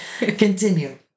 continue